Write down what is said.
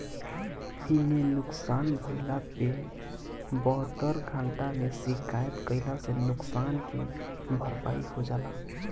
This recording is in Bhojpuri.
इमे नुकसान भइला पे बहत्तर घंटा में शिकायत कईला से नुकसान के भरपाई हो जाला